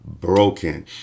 broken